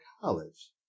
college